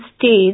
states